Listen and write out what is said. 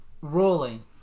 rolling